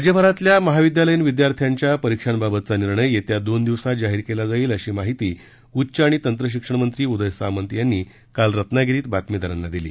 राज्यभरातल्या महाविद्यालयीन विद्यार्थ्यांच्या परीक्षांबाबतचा निर्णय येत्या दोन दिवसांत जाहीर केला जाईल अशी माहिती उच्च आणि तंत्रशिक्षण मंत्री उदय सामंत यांनी काल रत्नागिरीत बातमीदारांना दिली